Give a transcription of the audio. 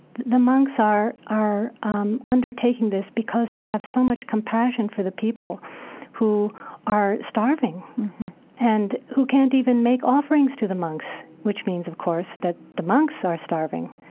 the monks are are um undertaking this because they have so much compassion for the people who are starving and who can't even make offerings to the monks, which means of course that the monks are starving.